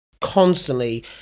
constantly